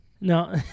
No